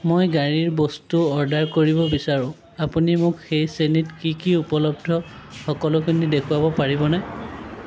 মই গাড়ীৰ বস্তু অৰ্ডাৰ কৰিব বিচাৰোঁ আপুনি মোক সেই শ্ৰেণীত কি কি উপলব্ধ সকলোখিনি দেখুৱাব পাৰিবনে